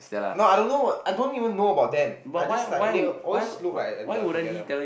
no I don't know I don't even know about them I just like they always look like they are together